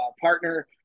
partner